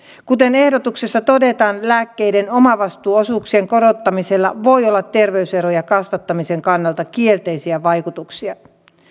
kuten ehdotuksessa todetaan lääkkeiden omavastuuosuuksien korottamisella voi olla terveyserojen kasvattamisen kannalta kielteisiä vaikutuksia